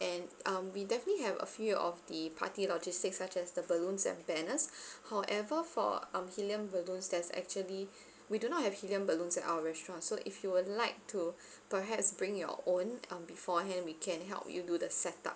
and um we definitely have a few of the party logistics such as the balloons and banners however for um helium balloons there's actually we do not have helium balloons at our restaurants so if you would like to perhaps bring your own um beforehand we can help you do the setup